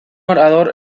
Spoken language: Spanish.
orador